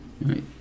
right